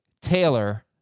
Taylor